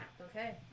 okay